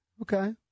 Okay